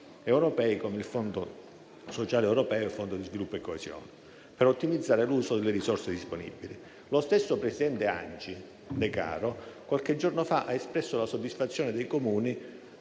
europei, come il Fondo sociale europeo e il Fondo per lo sviluppo e la coesione, per ottimizzare l'uso delle risorse disponibili. Lo stesso presidente dell'ANCI Decaro qualche giorno fa ha espresso la soddisfazione dei Comuni